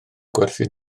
gwerthu